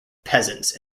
peasants